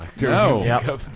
No